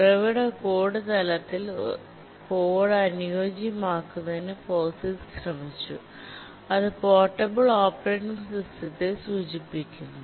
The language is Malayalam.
ഉറവിട കോഡ് തലത്തിൽ കോഡ് അനുയോജ്യമാക്കുന്നതിന് POSIX ശ്രമിച്ചു അത് പോർട്ടബിൾ ഓപ്പറേറ്റിംഗ് സിസ്റ്റത്തെ സൂചിപ്പിക്കുന്നു